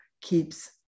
keeps